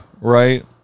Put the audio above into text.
right